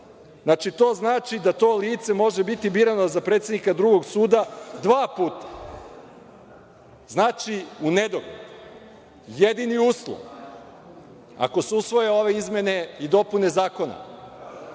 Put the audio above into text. Znači, to znači da to lice može biti birano za predsednika drugog suda dva puta. Znači, u nedogled. Jedini uslov, ako se usvoje ove izmene i dopune zakona